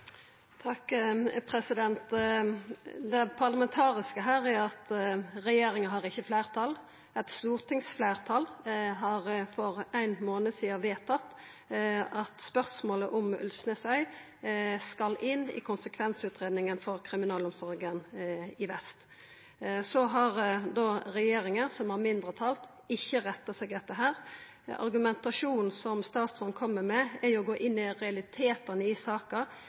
Det parlamentariske her er at regjeringa ikkje har fleirtal. Eit stortingsfleirtal vedtok for ein månad sidan at spørsmålet om Ulvsnesøy skal inn i konsekvensutgreiinga for kriminalomsorga i vest. Regjeringa, som har mindretal, har ikkje retta seg etter det. Argumentasjonen som statsråden kjem med, er å gå inn i realitetane i saka,